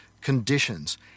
conditions